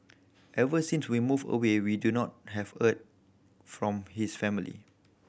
ever since to we moved away we do not have heard from his family